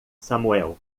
samuel